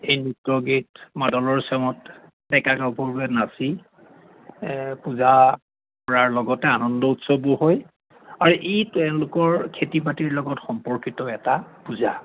সেই নৃত্য গীত মাদলৰ ছেৱত ডেকা গাভৰুৱে নাচি পূজা কৰাৰ লগতে আনন্দ উৎসৱো হয় আৰু ই তেওঁলোকৰ খেতি বাতিৰ লগত সম্পৰ্কিত এটা পূজা